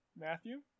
matthew